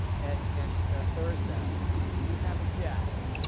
and and thursday we have a guest,